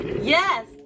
Yes